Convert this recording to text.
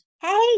Hey